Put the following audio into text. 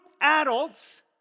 adults